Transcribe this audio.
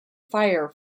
fire